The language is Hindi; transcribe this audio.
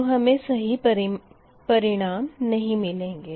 तो हमें सही परिणाम नही मिलेंगे